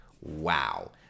Wow